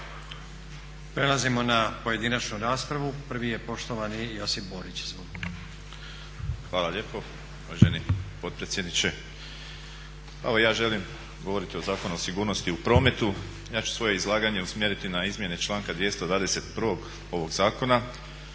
Prelazimo na pojedinačnu raspravu. Prvi je poštovani Josip Borić, izvolite. **Borić, Josip (HDZ)** Hvala lijepo uvaženi potpredsjedniče. Evo ja želim govoriti o Zakonu o sigurnosti u prometu. Ja ću svoje izlaganje usmjeriti na izmjene članka 221. ovog Zakona